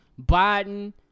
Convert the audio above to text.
Biden